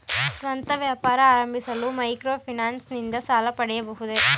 ಸ್ವಂತ ವ್ಯಾಪಾರ ಆರಂಭಿಸಲು ಮೈಕ್ರೋ ಫೈನಾನ್ಸ್ ಇಂದ ಸಾಲ ಪಡೆಯಬಹುದೇ?